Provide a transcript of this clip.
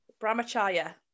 Brahmacharya